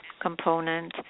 component